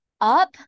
up